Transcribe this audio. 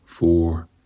four